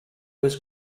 was